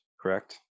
correct